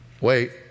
Wait